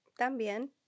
También